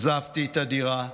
עזבתי את הדירה.